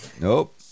Nope